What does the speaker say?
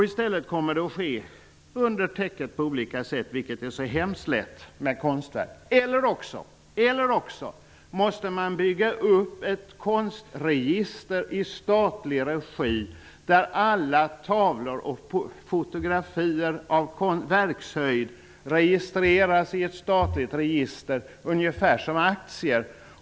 I stället kommer handeln att ske under täcket på olika sätt -- vilket är lätt med konstverk -- eller så måste ett konstregister upprättas i statlig regi där alla tavlor och fotografier av verkshöjd registreras, ungefär som aktier.